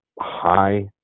high